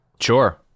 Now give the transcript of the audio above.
Sure